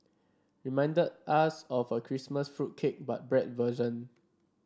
reminded us of a Christmas fruit cake but bread version